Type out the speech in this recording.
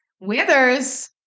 withers